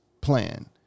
plan